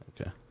Okay